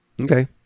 okay